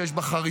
שיש בה חריצות,